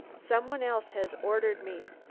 some one else has ordered me.